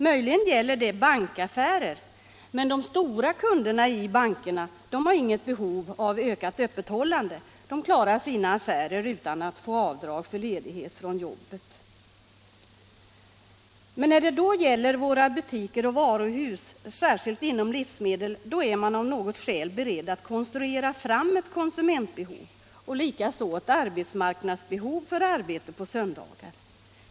Möjligen gäller detta inte bankaffärer, men de stora kunderna i bankerna har inget behov av ökat öppethållande — de klarar sina affärer utan att få avdrag för ledighet från jobbet. När det gäller butiker och varuhus, särskilt inom livsmedelsbranschen, är man av något skäl beredd att konstruera fram ett konsumentbehov, likaså ett arbetsmarknadsbehov för arbete på söndagar.